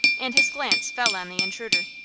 and his glance fell on the intruder.